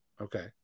Okay